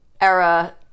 era